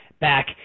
back